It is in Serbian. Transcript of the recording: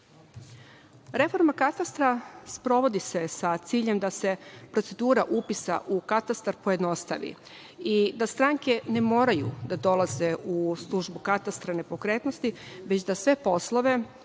katastra sprovodi se sa ciljem da se procedura upisa u katastar pojednostavi i da stranke ne moraju da dolaze u službu katastra nepokretnosti, već da sve poslove